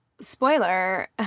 spoiler